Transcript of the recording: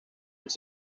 was